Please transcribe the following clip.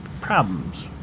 problems